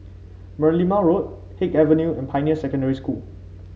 Merlimau Road Haig Avenue and Pioneer Secondary School